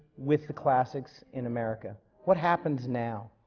with the classics in america? what happens now?